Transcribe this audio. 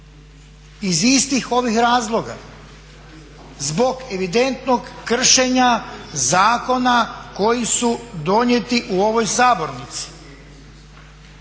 iz istih ovih razloga zbog evidentnog kršenja zakona koji su donijeti u ovoj sabornici.